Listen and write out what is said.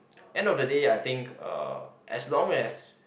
end of the day I think uh as long as